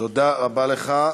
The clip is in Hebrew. תודה רבה לך.